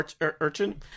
urchin